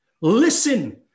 Listen